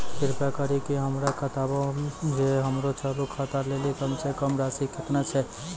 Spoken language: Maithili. कृपा करि के हमरा बताबो जे हमरो चालू खाता लेली कम से कम राशि केतना छै?